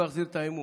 לא יחזיר את האמון.